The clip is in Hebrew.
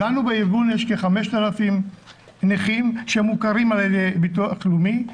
לנו בארגון יש כ-5,000 נכים שמוכרים על ידי ביטוח לאומי,